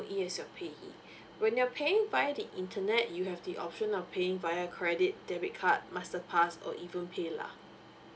as your payee when you're paying via the internet you have the option of paying via credit debit card masterpass or even PayLah!